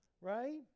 right